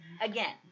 again